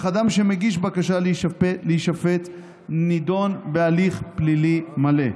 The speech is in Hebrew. אך אדם שמגיש בקשה להישפט נדון בהליך פלילי מלא.